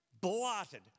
blotted